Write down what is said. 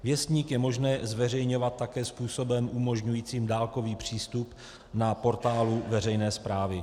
Věstník je možné zveřejňovat také způsobem umožňujícím dálkový přístup na portálu veřejné správy.